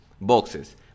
boxes